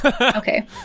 Okay